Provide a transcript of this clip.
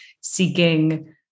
seeking